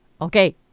Okay